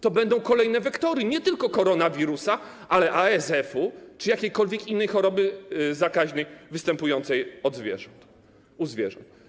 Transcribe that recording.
To będą kolejne wektory, nie tylko koronawirusa, ale ASF-u czy jakiejkolwiek innej choroby zakaźnej występującej u zwierząt.